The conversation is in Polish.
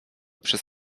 przez